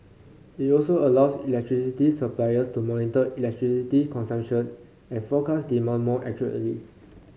it also allows electricity suppliers to monitor electricity consumption and forecast demand more accurately